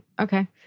Okay